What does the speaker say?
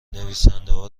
نویسندهها